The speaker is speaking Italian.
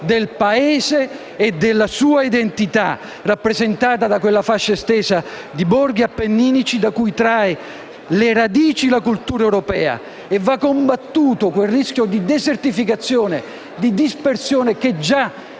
del Paese e della sua identità, rappresentata da quella fascia estesa di borghi appenninici da cui trae le radici la cultura europea. Va combattuto quel rischio di desertificazione e di dispersione che già